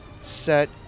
set